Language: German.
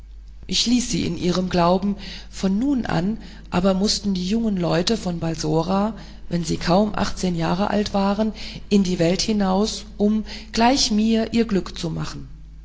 ich ließ sie auf ihrem glauben von nun an aber mußten die jungen leute von balsora wenn sie kaum achtzehn jahre alt waren in die welt hinaus um gleich mir ihr glück zu machen